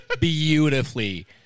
beautifully